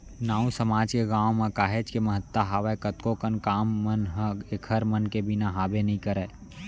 नाऊ समाज के गाँव म काहेच के महत्ता हावय कतको कन काम मन ह ऐखर मन के बिना हाबे नइ करय